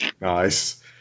Nice